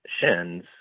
shins